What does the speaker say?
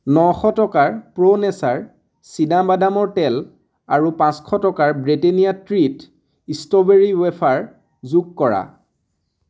নশ টকাৰ Pro Nature চীনাবাদামৰ তেল আৰু পাঁচশ টকাৰ ব্ৰিটেনিয়া ট্ৰীট ষ্ট্ৰবেৰী ৱেফাৰ যোগ কৰা